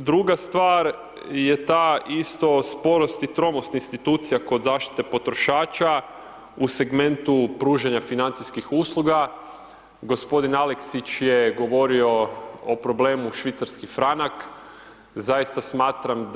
Druga stvar je ta isto sporost i tromost institucija kod zaštite potrošača u segmentu pružanja financijskih usluga, gospodin Aleksić je govorio o problemu švicarski franak, zaista smatram